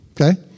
okay